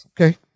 Okay